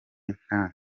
nta